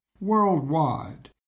worldwide